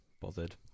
bothered